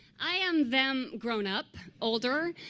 i am them grown up, older,